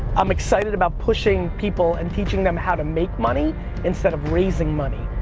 i'm excited about pushing people and teaching them how to make money instead of raising money.